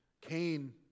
Cain